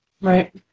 right